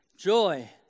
joy